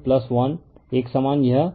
एकसमान यह एक समान है